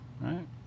Right